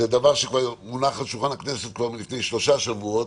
זה דבר שמונח על שולחן הכנסת כבר לפני שלושה שבועות.